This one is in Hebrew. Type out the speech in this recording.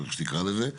איך שתקרא לזה,